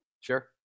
Sure